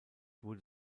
wurde